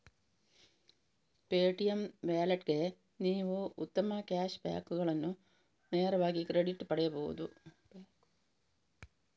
Paytm ವ್ಯಾಲೆಟ್ಗೆ ನೀವು ಉತ್ತಮ ಕ್ಯಾಶ್ ಬ್ಯಾಕುಗಳನ್ನು ನೇರವಾಗಿ ಕ್ರೆಡಿಟ್ ಪಡೆಯಬಹುದು